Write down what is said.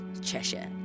Cheshire